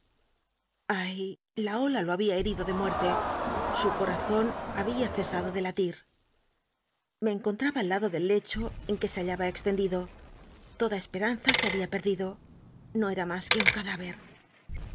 ay la ola lo babia herido de muerte su coazon babia cesado de lali ile cnconlmba aliado del lecho en que se hallaba extendido toda espemnza se habia perdido no era mas que un c